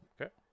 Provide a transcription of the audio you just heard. Okay